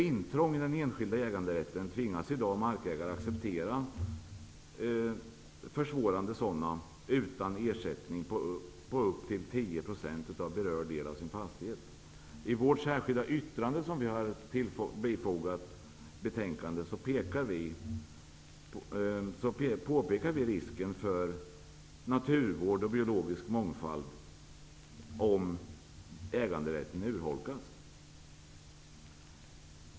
I dag tvingas markägare acceptera försvårande intrång i den enskilda äganderätten på upp till 10 % av berörd del av sin fastighet utan ersättning. I det särskilda yttrande som vi har fogat till betänkandet påpekar vi risken för att naturvård och biologisk mångfald försvinner om äganderätten urholkas.